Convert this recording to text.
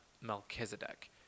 Melchizedek